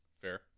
Fair